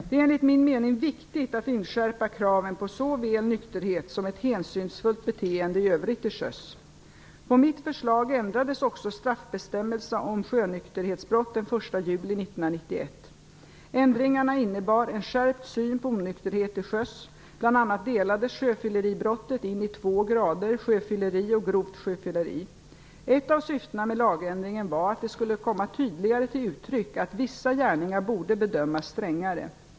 Det är enligt min mening viktigt att inskärpa kraven på såväl nykterhet som ett hänsynsfullt beteende i övrigt till sjöss. På mitt förslag ändrades också straffbestämmelserna om sjönykterhetsbrott den 1 juli 1991. Ändringarna innebar en skärpt syn på onykterhet till sjöss. Bl.a. delades sjöfylleribrottet in i två grader, sjöfylleri och grovt sjöfylleri. Ett av syftena med lagändringen var att det skulle komma tydligare till uttryck att vissa gärningar borde bedömas strängare.